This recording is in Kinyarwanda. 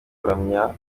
kuramya